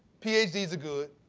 ph d s are good